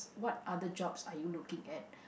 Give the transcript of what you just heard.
what other jobs are you looking at